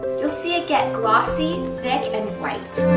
you'll see it get glossy, thick, and white,